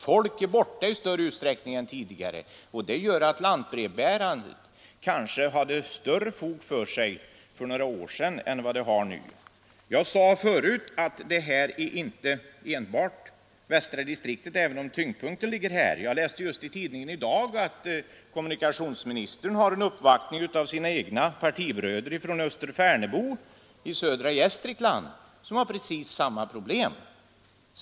Folk är hemifrån i större utsträckning än tidigare. Det gör att det kanske fanns större fog för systemet med lantbrevbärare för några år sedan än nu. Jag sade förut att detta inte enbart gäller västra distriktet, även om tyngdpunkten ligger där. Jag läste just i tidningen i dag att kommunikationsministern har en uppvaktning av sina egna partibröder från Österfärnebo i södra Gästrikland som har precis samma problem.